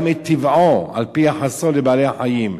גם את טבעו, על-פי יחסו לבעלי-החיים.